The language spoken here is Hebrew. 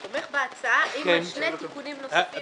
הוא תומך בהצעה אם על שני תיקונים נוספים